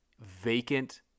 vacant